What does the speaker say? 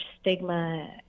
stigma